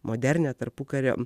modernią tarpukario